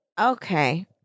Okay